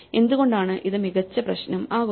എന്തുകൊണ്ടാണ് ഇത് മികച്ച പ്രശ്നം ആകുന്നത്